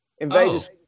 Invaders